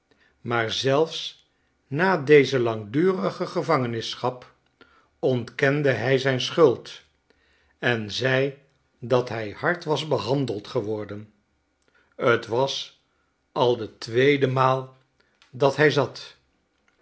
maar zelfs na dezelangdurige gevangenschap ontkende hij zijn schuld en zei dat hij hard was behandeld geworden t was al de tweede maal dat hij zat